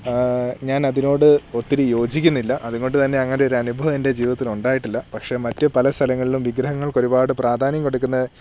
ഞാൻ അതിനോട് ഒത്തിരി യോജിക്കുന്നില്ല അതുകൊണ്ട് തന്നെ അങ്ങനെ ഒരനുഭവം എൻ്റെ ജീവിതത്തിലൊണ്ടായിട്ടില്ല പക്ഷേ മറ്റ് പല സ്ഥലങ്ങളിലും വിഗ്രഹങ്ങൾക്കൊരുപാട് പ്രാധാന്യം കൊടുക്കുന്ന